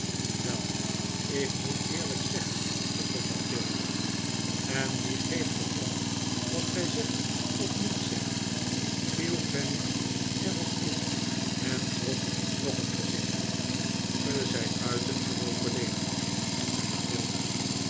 wel ik moet eerlijk zeggen begon mathilda en wie geeft er om wat gij zegt of niet zegt viel fanny er op in en trok nog een gezicht ge zijt buitengewoon beleefd zei